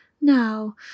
Now